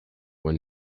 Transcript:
when